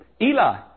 Eli